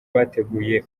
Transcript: bateguye